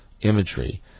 imagery